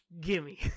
Gimme